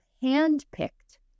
hand-picked